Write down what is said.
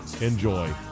Enjoy